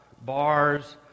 bars